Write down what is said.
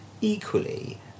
Equally